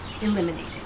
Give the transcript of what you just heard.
eliminated